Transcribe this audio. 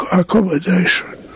accommodation